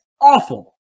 awful